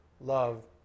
love